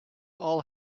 all